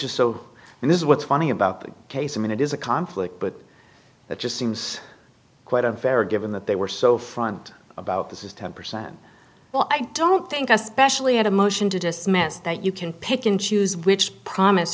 just so and this is what's funny about that case i mean it is a conflict but it just seems quite a very given that they were so front about this is ten percent well i don't think especially at a motion to dismiss that you can pick and choose which promise